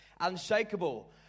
Unshakable